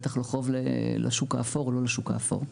בטח לא חוב לשוק האפור או לא לשוק האפור.